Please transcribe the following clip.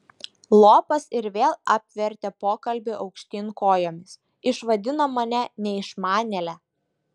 lopas ir vėl apvertė pokalbį aukštyn kojomis išvadino mane neišmanėle